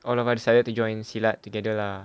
all of us decided to join silat together lah